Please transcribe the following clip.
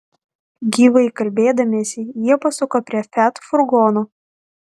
gyvai kalbėdamiesi jie pasuko prie fiat furgono